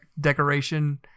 decoration